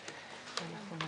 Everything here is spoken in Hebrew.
11:18.